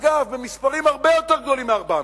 אגב, במספרים הרבה יותר גדולים מ-400.